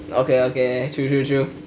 okay okay true true true